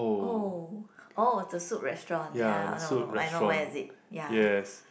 oh oh the Soup Restaurant ya I know I know I know where is it ya